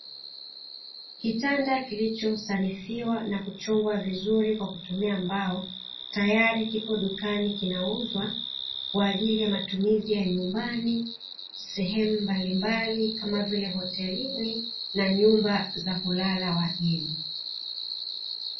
Kitanda kilichosanifiwa na kuchongwa vizuri kwa kutumia mbao, tayari kipo dukani kinauzwa kwa ajili ya matumizi ya nyumbani sehemu mbalimbali kama vile hotelini na nyumba za kulala wageni.